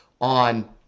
on